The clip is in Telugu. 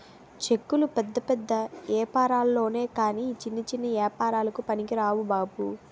చెక్కులు పెద్ద పెద్ద ఏపారాల్లొనె కాని చిన్న చిన్న ఏపారాలకి పనికిరావు బాబు